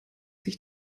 sich